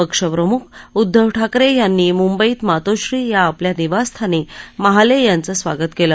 पक्षप्रमुख उद्दव ठाकरे यांनी मुंबईत मातोश्री या आपल्या निवासस्थानी महाले यांचं स्वागत केलं